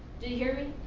do you